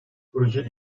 proje